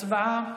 הצבעה.